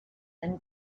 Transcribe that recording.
and